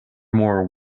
more